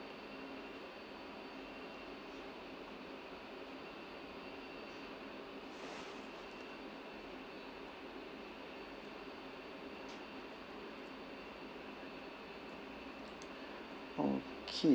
okay